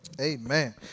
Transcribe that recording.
Amen